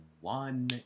one